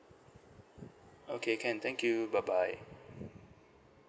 okay can thank you bye bye